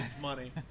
money